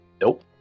Nope